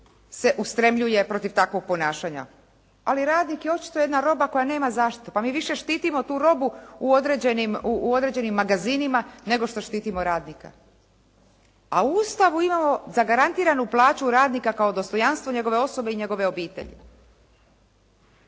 se ustremljuje protiv takvog ponašanja, ali je radnik očito jedna roba koja nema zaštitu. Pa mi više štitimo tu robu u određenim magazinima, nego što štitimo radnika. A u Ustavu imamo zagarantiranu plaću radnika kao dostojanstvo njegove osobe i njegove obitelji.